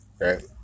right